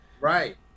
Right